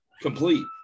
Complete